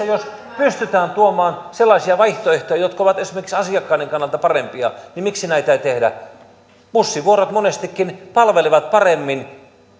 jos pystytään tuomaan sellaisia vaihtoehtoja jotka ovat esimerkiksi asiakkaiden kannalta parempia niin miksi niissä tilanteissa näitä ei tehtäisi bussivuorot monestikin palvelevat paremmin